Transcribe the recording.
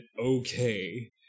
okay